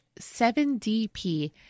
7DP